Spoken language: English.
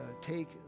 take